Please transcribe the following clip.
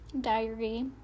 diary